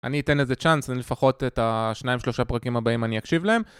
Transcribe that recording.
אני אתן לזה צ'אנס, לפחות את השניים שלושה פרקים הבאים אני אקשיב להם